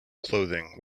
clothing